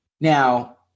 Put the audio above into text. Now